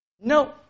No